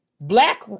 Black